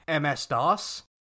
MS-DOS